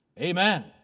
amen